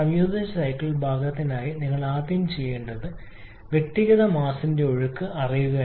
സംയോജിത സൈക്കിൾ ഭാഗത്തിനായി നിങ്ങൾ ആദ്യം ചെയ്യേണ്ടതുണ്ട് വ്യക്തിഗത പിണ്ഡത്തിന്റെ ഒഴുക്ക് നിരക്ക് അറിയുക